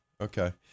Okay